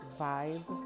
vibe